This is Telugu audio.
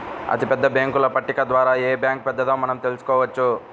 అతిపెద్ద బ్యేంకుల పట్టిక ద్వారా ఏ బ్యాంక్ పెద్దదో మనం తెలుసుకోవచ్చు